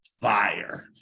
fire